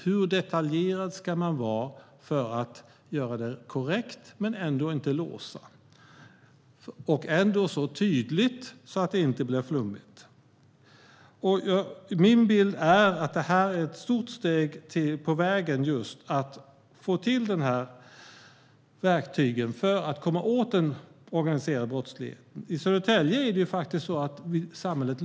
Hur detaljerad ska man vara för att göra det korrekt men ändå inte låsa men ändå göra det så tydligt att det inte blir flummigt? Min bild är att detta är ett stort steg på vägen för att få till dessa verktyg och för att komma åt den organiserade brottsligheten. I Södertälje lyckades faktiskt samhället.